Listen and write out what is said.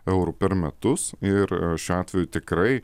eurų per metus ir šiuo atveju tikrai